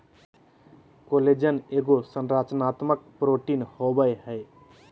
collagen एगो संरचनात्मक protein होबैय हइ